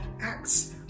acts